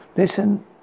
Listen